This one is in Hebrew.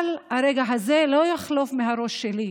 אבל הרגע הזה לא יחלוף מהראש שלי.